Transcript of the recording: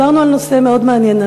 כשדיברנו על נושא מאוד מעניין,